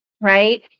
right